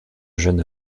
jeune